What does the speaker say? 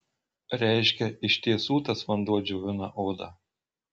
reiškia iš tiesų tas vanduo džiovina odą